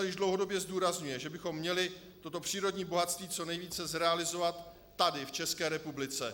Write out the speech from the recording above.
KDUČSL již dlouhodobě zdůrazňuje, že bychom měli toto přírodní bohatství co nejvíce zrealizovat tady v České republice.